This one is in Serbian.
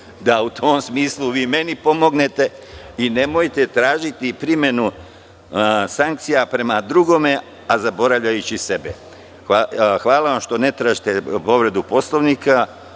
da u tom smislu vi meni pomognete i nemojte tražiti primenu sankcija prema drugome zaboravljajući sebe. Hvala vam što ne tražite da se izjasnimo